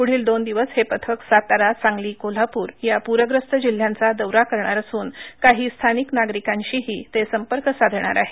प्ढील दोन दिवस हे पथक सातारा सांगलीकोल्हापूर या पूरग्रस्त जिल्ह्यांचा दौरा करणार असून काही स्थानिक नागरिकांशीही ते संपर्क साधणार आहेत